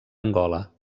angola